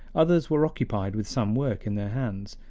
others were occupied with some work in their hands,